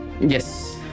Yes